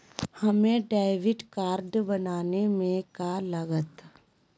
हमें debit card बनाने में का लागत?